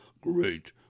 great